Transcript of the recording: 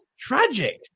tragic